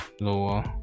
Lower